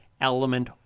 element